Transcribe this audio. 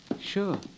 Sure